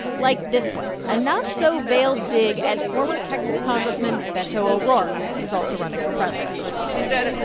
like this one, a not-so-veiled dig at former texas congressman beto o'rourke, who's also running for president she said,